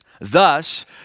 Thus